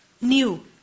New